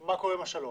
מה קורה עם השלוש?